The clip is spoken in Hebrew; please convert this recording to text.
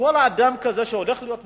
וכל אדם כזה שהולך להיות מובטל,